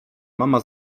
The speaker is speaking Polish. mama